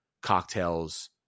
cocktails